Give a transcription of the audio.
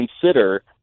consider –